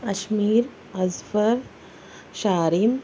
اشمیر اصفر شارم